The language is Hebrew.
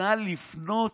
נא לפנות,